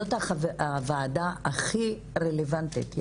זאת הוועדה הכי רלוונטית.